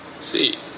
See